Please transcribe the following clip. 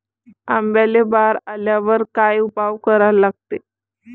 आंब्याले बार आल्यावर काय उपाव करा लागते?